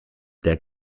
der